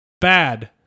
Bad